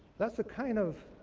that's the kind of